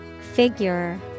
Figure